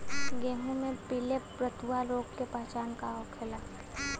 गेहूँ में पिले रतुआ रोग के पहचान का होखेला?